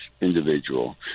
individual